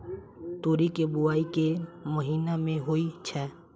तोरी केँ बोवाई केँ महीना मे होइ छैय?